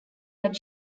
that